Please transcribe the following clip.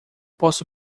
posso